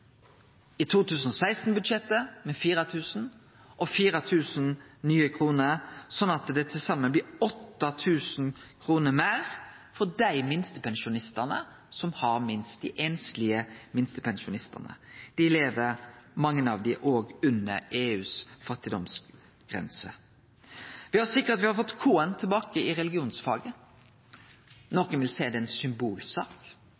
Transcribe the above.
i 2016-budsjettet med 4 000 kr pluss 4 000 nye kroner, slik at det til saman blir 8 000 kr meir for dei minstepensjonistane som har minst, dei einslege minstepensjonistane. Mange av dei lever under EUs fattigdomsgrense. Me har sikra at me får K-en tilbake i religionsfaget.